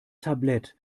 tablet